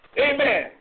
Amen